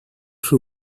who